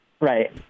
Right